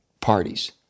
parties